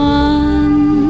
one